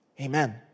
Amen